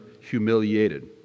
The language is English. humiliated